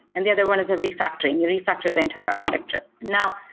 and the other one is a refactoring. you refactor the entire architecture. now,